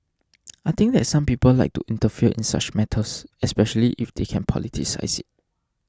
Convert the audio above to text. I think that some people like to interfere in such matters especially if they can politicise it